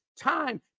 time